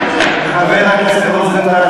חבר הכנסת רוזנטל,